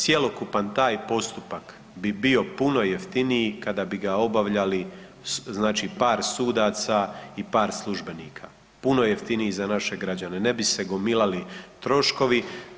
Cjelokupan taj postupak bi bio puno jeftiniji kada bi ga obavljali znači par sudaca i par službenika, puno jeftiniji za naše građane, ne bi se gomilali troškovi.